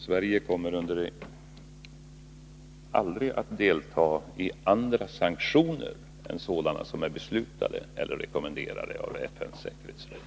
Sverige kommer aldrig att delta i andra sanktioner än sådana som är beslutade eller rekommenderade av FN:s säkerhetsråd.